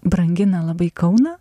brangina labai kauną